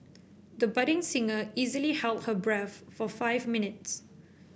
the budding singer easily held her breath for five minutes